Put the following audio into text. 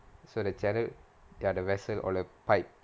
so the channel ya the vessel or like pipe